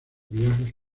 viajes